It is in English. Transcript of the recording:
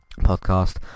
Podcast